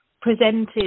presented